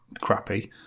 crappy